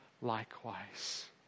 likewise